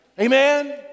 Amen